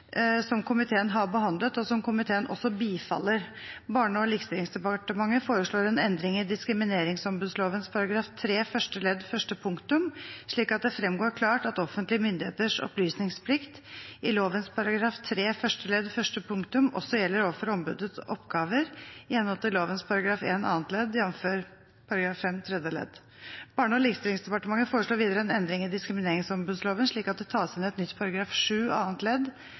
som komiteen har behandlet, og som komiteen også bifaller. Barne- og likestillingsdepartementet foreslår en endring i diskrimineringsombudsloven § 3 første ledd første punktum, slik at det fremgår klart at offentlige myndigheters opplysningsplikt i lovens § 3 første ledd første punktum også gjelder overfor ombudets oppgaver i henhold til lovens § 1 annet ledd, jf. § 5 tredje ledd. Barne- og likestillingsdepartementet foreslår videre en endring i diskrimineringsombudsloven, slik at det tas inn en ny § 7 annet ledd,